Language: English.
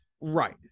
Right